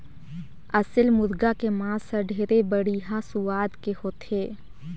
असेल मुरगा के मांस हर ढेरे बड़िहा सुवाद के होथे